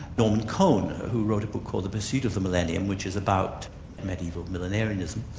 norman cohen, who wrote a book called the pursuit of the millennium which is about a mediaeval millennairism,